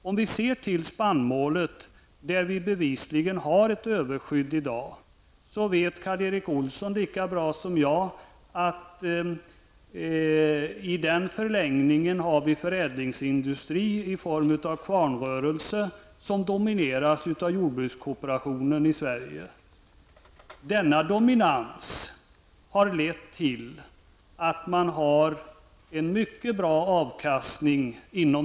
När det gäller spannmålet vet Karl Erik Olsson lika bra som jag att vi i förlängningen har en förädlingsindustri i form av kvarnrörelse som domineras av jordbrukskooperationen i Sverige. Denna dominans har lett till att man inom den näringen har en mycket bra avkastning.